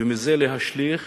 ומזה אשליך